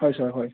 হয় ছাৰ হয়